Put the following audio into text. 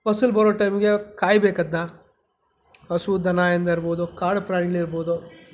ಫಸಲು ಬರೋ ಟೈಮ್ಗೆ ಕಾಯ್ಬೇಕದನ್ನ ಹಸು ದನದಿಂದ ಇರಬಹುದು ಕಾಡುಪ್ರಾಣಿಗಳಿರಬಹುದು